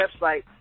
website